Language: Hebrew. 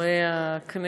חברי חברי הכנסת,